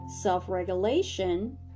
self-regulation